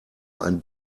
ein